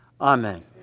Amen